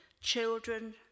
children